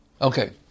Okay